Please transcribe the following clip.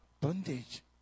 Bondage